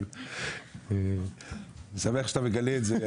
אני שמח שאתה מגלה את זה,